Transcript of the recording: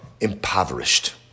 impoverished